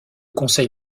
conseil